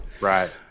Right